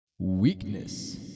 Weakness